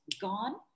gone